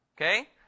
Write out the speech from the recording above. okay